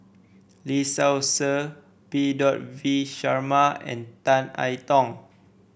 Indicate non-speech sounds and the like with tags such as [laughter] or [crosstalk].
Lee Seow Ser P [unintelligible] V Sharma and Tan I Tong